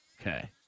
Okay